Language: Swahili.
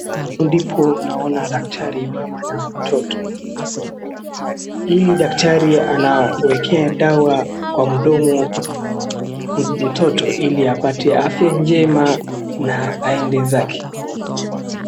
Daktari, mama na mtoto. Huyu daktari anaekea mtoto dawa kwa mdomo ili apate afya njema na aende zake.